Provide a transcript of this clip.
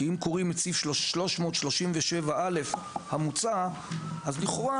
כי אם קוראים את סעיף 337(א) המוצע אז לכאורה,